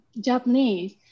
Japanese